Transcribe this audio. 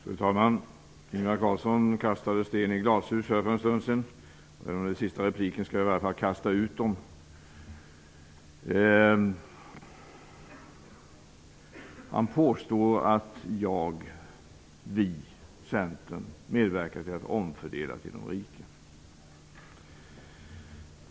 Fru talman! Ingvar Carlsson kastade sten i glashus för en stund sedan. Innan den sista repliken skall jag i alla fall kasta ut dem. Ingvar Carlsson påstår att jag och vi i Centerpartiet medverkar till att omfördela till de rika.